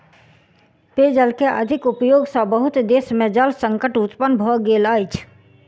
पेयजल के अधिक उपयोग सॅ बहुत देश में जल संकट उत्पन्न भ गेल अछि